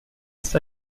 ist